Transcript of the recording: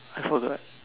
I forgot